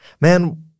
Man